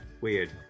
weird